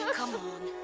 ah come on.